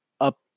up